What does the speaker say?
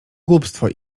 głupstwo